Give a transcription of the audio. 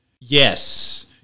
Yes